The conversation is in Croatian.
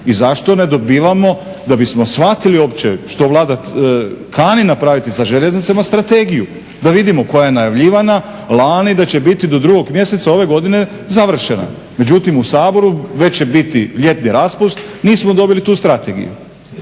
i zašto ne dobivamo da bismo shvatili uopće što Vlada kani napraviti sa željeznicama strategiju da vidimo koja je najavljivana lani da će biti do drugog mjeseca ove godine završena. Međutim, u Saboru već će biti ljetni raspust, nismo dobili tu strategiju.